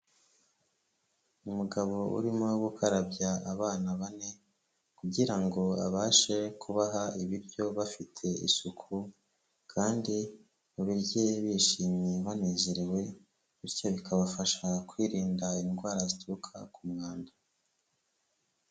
Umugabo urimo gukarabya abana bane kugira ngo abashe kubaha ibiryo bafite isuku kandi babirye bishimye banezerewe, bityo bikabafasha kwirinda indwara zituruka ku mwanda.